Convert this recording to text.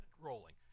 rolling